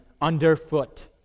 underfoot